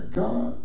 god